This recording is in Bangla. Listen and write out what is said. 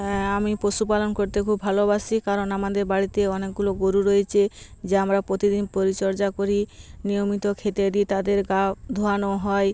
হ্যাঁ আমি পশুপালন করতে খুব ভালোবাসি কারণ আমাদের বাড়িতে অনেকগুলো গোরু রয়েছে যা আমরা প্রতিদিন পরিচর্যা করি নিয়মিত খেতে দিই তাদের গা ধোয়ানো হয়